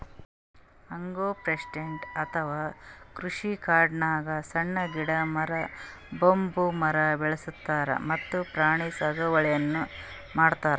agroforestry ಅಥವಾ ಕೃಷಿಕಾಡ್ನಾಗ್ ಸಣ್ಣ್ ಗಿಡ, ಮರ, ಬಂಬೂ ಮರ ಬೆಳಸ್ತಾರ್ ಮತ್ತ್ ಪ್ರಾಣಿ ಸಾಗುವಳಿನೂ ಮಾಡ್ತಾರ್